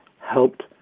helped